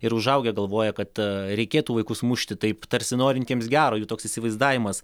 ir užaugę galvoja kad reikėtų vaikus mušti taip tarsi norintiems gero jų toks įsivaizdavimas